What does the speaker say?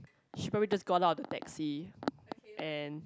she probably just go out from the taxi and